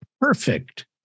perfect